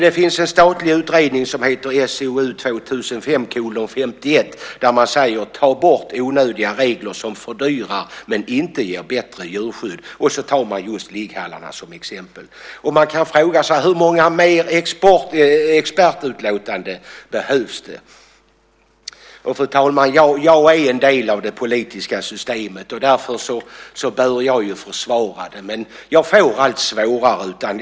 Det finns en statlig utredning som heter SOU 2005:51 där man säger: Ta bort onödiga regler som fördyrar men inte ger bättre djurskydd! Och så tar man just ligghallarna som exempel. Man kan fråga sig hur många fler expertutlåtanden som behövs. Fru talman! Jag är en del av det politiska systemet, och därför bör jag försvara det, men jag får allt svårare att göra det.